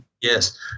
Yes